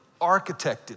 architected